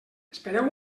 espereu